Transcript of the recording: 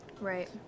right